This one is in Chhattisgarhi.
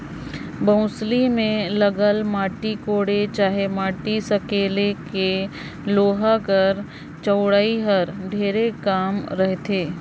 बउसली मे लगल माटी कोड़े चहे माटी सकेले कर लोहा कर चउड़ई हर ढेरे कम रहथे